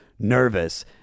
Nervous